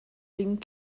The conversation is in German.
ding